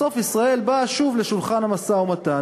בסוף ישראל באה שוב לשולחן המשא-ומתן